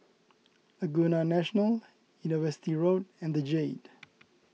Laguna National University Road and the Jade